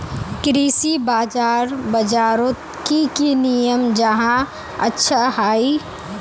कृषि बाजार बजारोत की की नियम जाहा अच्छा हाई?